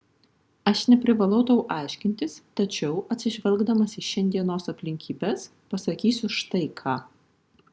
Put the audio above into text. aš neprivalau tau aiškintis tačiau atsižvelgdamas į šiandienos aplinkybes pasakysiu štai ką